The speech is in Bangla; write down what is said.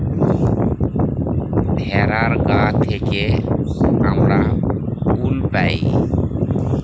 ভেড়ার গা থেকে আমরা উল পাই